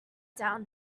down